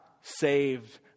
saved